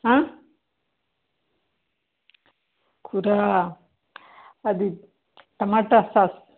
కూర అది tomato sauce